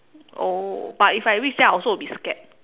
oh but if I reach then I also will be scared